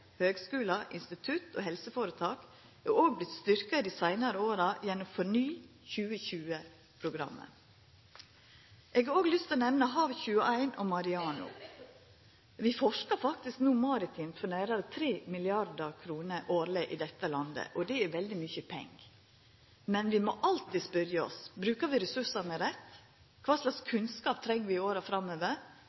høgskular, institutt og helseføretak har òg vorte styrkte i dei seinare åra gjennom FORNY 2020-programmet. Eg har òg lyst til å nemna HAV21 og MAREANO. Vi forskar faktisk no maritimt for nærare 3 mrd. kr årleg i dette landet. Det er veldig mykje pengar, men vi må alltid spørja oss: Brukar vi ressursane rett? Kva slags kunnskap treng vi i åra framover?